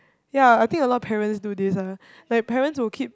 ya I think a lot of parents do this ah like parents will keep